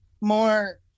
more